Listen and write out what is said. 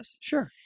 sure